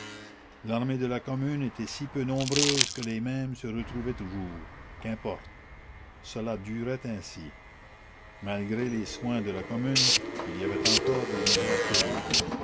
l'armée de la commune était si peu nombreuse que les mêmes se retrouvaient toujours qu'importe cela durait ainsi malgré les soins de la commune il y avait encore des misères terribles